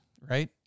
right